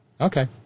Okay